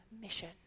mission